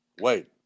wait